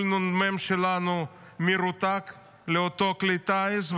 כל הנ"מ שלנו מרותק לאותו כלי טיס,